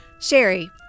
Sherry